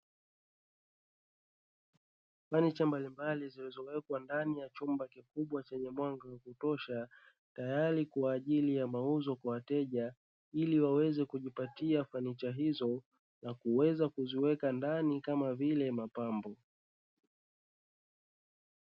Fanicha mbalimbali zilizowekwa ndani ya chumba kikubwa chenye mwanga wa kutosha, tayari kwa ajili ya mauzo kwa wateja; ili waweze kujipatia fanicha hizo na kuweza kuziweka ndani kama vile mapambo.